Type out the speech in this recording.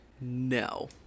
no